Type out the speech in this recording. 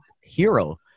Hero